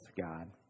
God